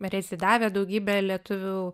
rezidavę daugybė lietuvių